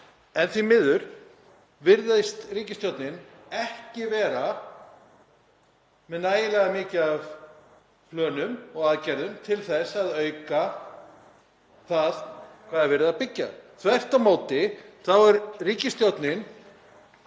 En því miður virðist ríkisstjórnin ekki vera með nægilega mikið af plönum og aðgerðum til að auka það sem er verið að byggja. Þvert á móti er ríkisstjórnin